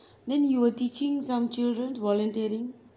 then you were teaching some children's volunteering